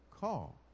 Call